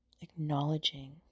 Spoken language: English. acknowledging